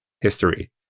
history